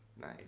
Nice